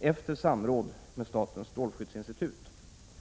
efter samråd med statens strålskyddsinstitut.